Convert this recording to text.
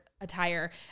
attire